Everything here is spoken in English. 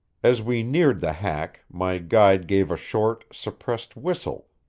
as we neared the hack my guide gave a short, suppressed whistle,